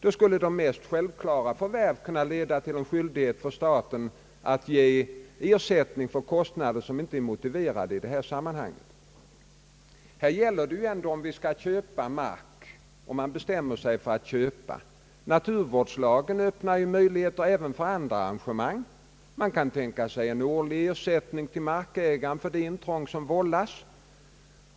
Då skulle de mest självklara förvärv kunna leda till skyldighet för staten att utge ersättning för kostnader som inte varit motiverade för förvärvet. Här gäller det ju ändå om man verkligen skall köpa mark när man har bestämt sig för att köpa. Naturvårdslagen öppnar ju även möjligheter för andra arrangemang. Man kan tänka sig årlig ersättning till markägaren för det in trång som vållas.